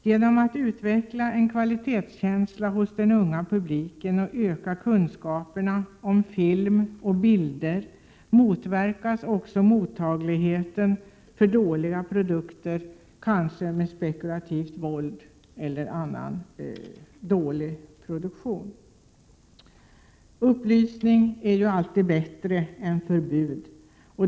Genom att utveckla en kvalitetskänsla hos den unga publiken och öka kunskaperna om film och bilder motverkar man också mottagligheten för dåliga produkter, kanske innehållande spekulativt våld. Upplysning är alltid bättre än förbud.